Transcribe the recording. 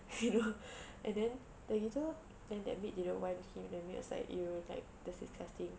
you know and then then you know then that maid didn't want him the maid was like !eww! like that's disgusting